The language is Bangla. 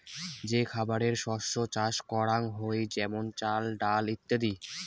যে খাবারের শস্য চাষ করাঙ হই যেমন চাল, ডাল ইত্যাদি